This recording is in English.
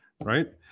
right